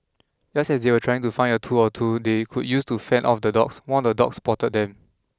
just as they were trying to find a tool or two they could use to fend off the dogs one of the dogs spotted them